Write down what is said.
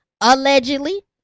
Allegedly